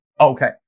okay